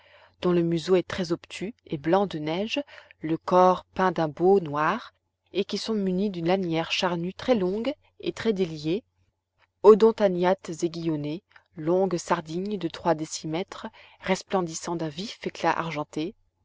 dont le museau est très obtus et blanc de neige le corps peint d'un beau noir et qui sont munis d'une lanière charnue très longue et très déliée odontagnathes aiguillonnés longues sardines de trois décimètres resplendissant d'un vif éclat argenté